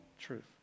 truth